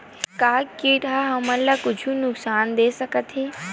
का कीट ह हमन ला कुछु नुकसान दे सकत हे?